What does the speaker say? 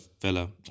Villa